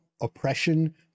oppression